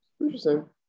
Interesting